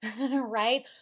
right